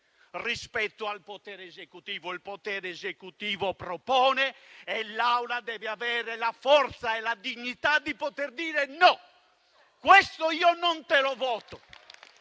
rispetto ad esso. Il potere esecutivo propone e l'Aula deve avere la forza e la dignità di poter dire no, questo io non te lo voto.